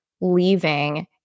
leaving